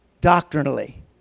Doctrinally